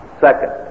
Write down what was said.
Second